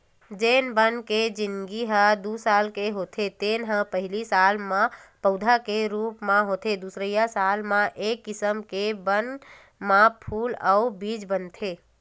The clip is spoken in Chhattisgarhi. जेन बन के जिनगी ह दू साल के होथे तेन ह पहिली साल म पउधा के रूप म होथे दुसरइया साल म ए किसम के बन म फूल अउ बीज बनथे